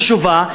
חשובה,